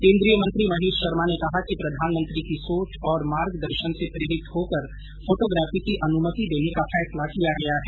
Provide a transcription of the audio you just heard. केंद्रीय मंत्री महेश शर्मा ने कहा कि प्रधानमंत्री की सोच और मार्गदर्शन से प्रेरित होकर फोटोग्राफी की अनुमति देने का फैसला किया गया है